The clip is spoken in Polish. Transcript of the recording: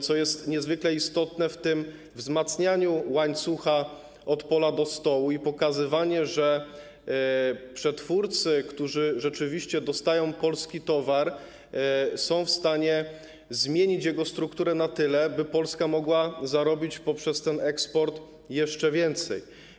Co jest niezwykle istotne w tym wzmacnianiu łańcucha od pola do stołu: pokazywanie, że przetwórcy, którzy rzeczywiście dostają polski towar, są w stanie zmienić jego strukturę na tyle, by Polska mogła zarobić poprzez ten eksport jeszcze więcej.